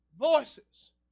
voices